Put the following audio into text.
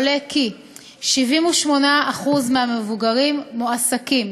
עולה כי 78% מהמבוגרים, מועסקים.